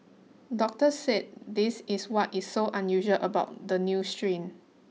doctors said this is what is so unusual about the new strain